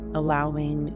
allowing